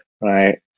right